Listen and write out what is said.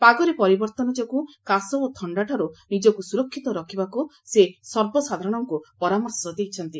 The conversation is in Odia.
ପାଗରେ ପରିବର୍ତ୍ତନ ଯୋଗୁଁ କାଶ ଓ ଥଣ୍ଡାଠାରୁ ନିଜକୁ ସୁରକ୍ଷିତ ରଖିବାକୁ ସେ ସର୍ବସାଧାରଣଙ୍କୁ ପରାମର୍ଶ ଦେଇଛନ୍ତି